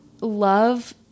love